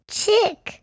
Chick